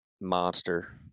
monster